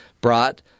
brought